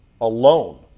alone